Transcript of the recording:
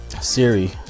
Siri